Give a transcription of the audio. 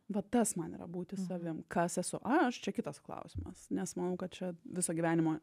va tas man yra būti savim kas esu aš čia kitas klausimas nes manau kad čia viso gyvenimo